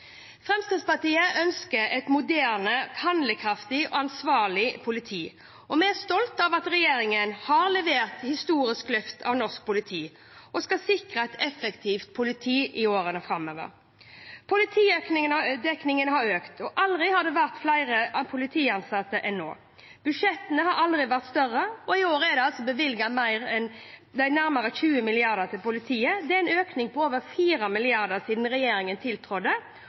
Fremskrittspartiet ønsker et moderne, handlekraftig og ansvarlig politi. Vi er stolte av at regjeringen har levert et historisk løft for norsk politi, og vi skal sikre et effektivt politi i årene framover. Politidekningen har økt, og aldri har det vært flere politiansatte enn nå. Budsjettene har aldri vært større. I år er det bevilget nærmere 20 mrd. kr til politiet. Det er en økning på over 4 mrd. kr siden regjeringen tiltrådte.